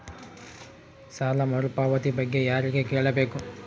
ಸಾಲ ಮರುಪಾವತಿ ಬಗ್ಗೆ ಯಾರಿಗೆ ಕೇಳಬೇಕು?